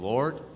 Lord